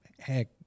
Heck